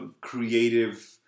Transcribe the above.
creative